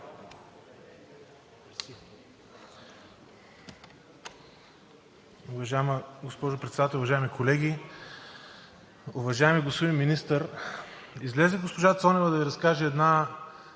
Уважаема госпожо Председател, уважаеми колеги! Уважаеми господин Министър, излезе госпожа Цонева да Ви разкаже една